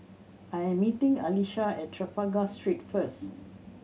I am meeting Alisha at Trafalgar Street first